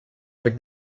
avec